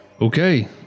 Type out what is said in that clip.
Okay